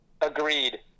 Agreed